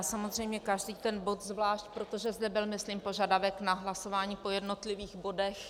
Samozřejmě každý bod zvlášť, protože zde byl myslím požadavek na hlasování po jednotlivých bodech.